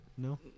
no